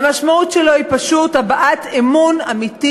והמשמעות שלו היא פשוט הבעת אמון אמיתי